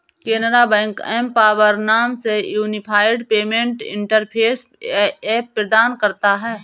Canara bank empower नाम से unified payment interface app प्रदान करता हैं